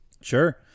Sure